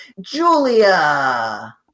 Julia